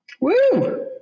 Woo